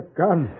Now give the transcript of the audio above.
gun